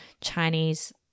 Chinese